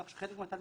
כך שחלק מהתלמידים,